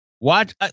Watch